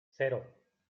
cero